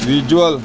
visual